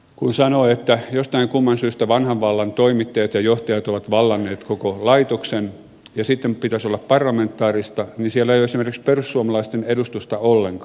kun sanoo että jostain kumman syystä vanhan vallan toimittajat ja johtajat ovat vallanneet koko laitoksen ja sitten pitäisi olla parlamentaarista niin siellä ei ole esimerkiksi perussuomalaisten edustusta ollenkaan